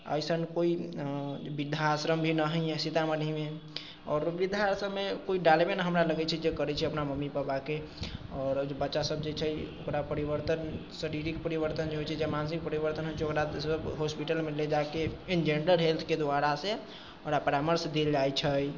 अइसन कोइ वृद्धाश्रम भी नहि हइ सीतामढ़ीमे आओर वृद्धाश्रममे केओ डालबे नहि हमरा लगैत छै जे करैत छै अपना मम्मी पापाके आओर बच्चा सब जे छै ओकरा परिवर्तन शारीरक परिवर्तन जे होइत छै चाहे मानसिक परिवर्तन होइत छै ओकरा सब हॉस्पिटलमे ले जाके ई ने जनरल हेल्थके द्वारा से ओकरा परामर्श देल जाइत छै